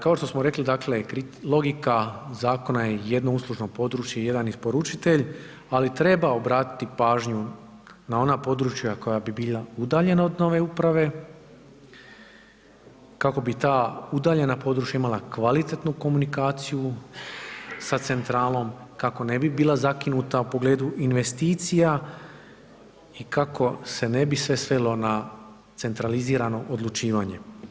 Kao što smo rekli, dakle logika zakona je jedno uslužno područje, jedan isporučitelj, ali treba obratiti pažnju na ona područja koja bi bila udaljena od nove uprave kako bi ta udaljena područja imala kvalitetnu komunikaciju sa centralom, kako ne bi bila zakinuta u pogledu investicija i kako se ne bi sve svelo na centralizirano odlučivanje.